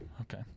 Okay